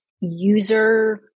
user